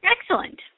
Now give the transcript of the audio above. Excellent